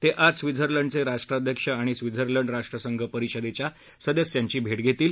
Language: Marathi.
ते आज स्वित्झर्लंडचे राष्ट्राध्यक्ष आणि स्वित्झर्लंड राष्ट्रसंघ परिषदेच्या सदस्यांची भेट घेणार आहेत